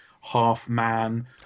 half-man